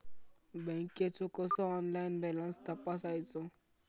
बँकेचो कसो online balance तपासायचो?